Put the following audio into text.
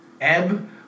ebb